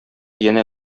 янә